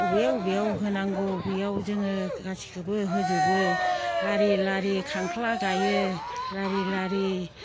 बबे बबेयाव होनांगौ बेयाव जोङो गासैखौबो होजोबो लारि लारि खांख्ला गायो लारि लारि